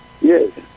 Yes